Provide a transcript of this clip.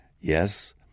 Yes